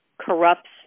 corrupts